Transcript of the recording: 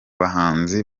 bahanzi